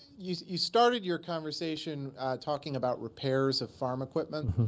you you started your conversation talking about repairs of farm equipment.